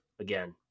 again